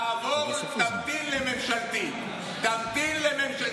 תעבור, תמתין לממשלתית, תמתין לממשלתית?